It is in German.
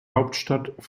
hauptstadt